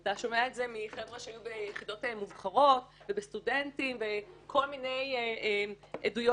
אתה שומע את זה מחבר'ה שהיו ביחידות מובחרות וסטודנטים וכל מיני עדויות